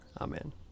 Amen